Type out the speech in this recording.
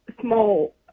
small